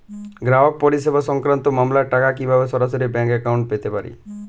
গ্রাহক পরিষেবা সংক্রান্ত মামলার টাকা কীভাবে সরাসরি ব্যাংক অ্যাকাউন্টে পেতে পারি?